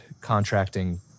contracting